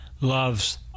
loves